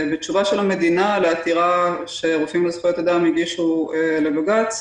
בתשובה של המדינה לעתירה שגופים לזכויות אדם הגישו לבג"ץ,